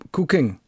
Cooking